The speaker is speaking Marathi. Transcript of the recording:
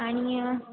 आणि